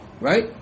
right